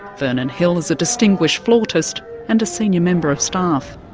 vernon hill is a distinguished flautist and a senior member of staff.